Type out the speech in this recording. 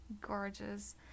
gorgeous